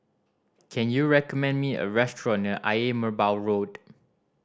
can you recommend me a restaurant near Ayer Merbau Road